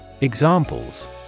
Examples